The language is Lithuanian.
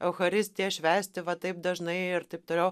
eucharistiją švęsti va taip dažnai ir taip toliau